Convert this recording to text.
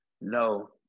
No